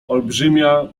olbrzymia